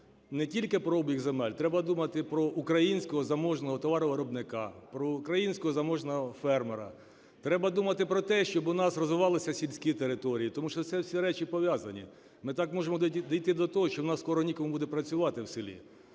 не тільки про обіг земель. Треба думати про українського заможного товаровиробника, про українського заможного фермера. Треба думати про те, щоб у нас розвивалися сільські території. Тому що ці всі речі пов'язані. Ми так можемо дійти до того, що у нас скоро нікому буде працювати в селі.